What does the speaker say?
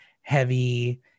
heavy